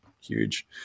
huge